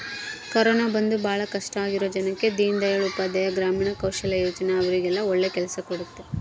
corona ಬಂದು ಭಾಳ ಕಷ್ಟ ಆಗಿರೋ ಜನಕ್ಕ ದೀನ್ ದಯಾಳ್ ಉಪಾಧ್ಯಾಯ ಗ್ರಾಮೀಣ ಕೌಶಲ್ಯ ಯೋಜನಾ ಅವ್ರಿಗೆಲ್ಲ ಒಳ್ಳೆ ಕೆಲ್ಸ ಕೊಡ್ಸುತ್ತೆ